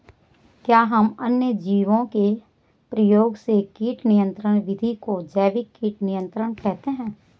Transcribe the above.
क्या हम अन्य जीवों के प्रयोग से कीट नियंत्रिण विधि को जैविक कीट नियंत्रण कहते हैं?